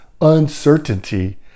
uncertainty